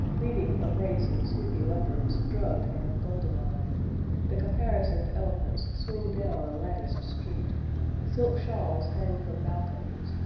leading a brace of sleepy leopards drugged and golden eyed the caparisoned elephants swing down a latticed street silk shawls hang from balconies,